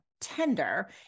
tender